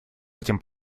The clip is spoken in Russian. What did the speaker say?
этим